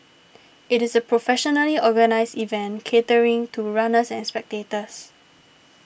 it is a professionally organised event catering to runners and spectators